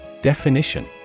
Definition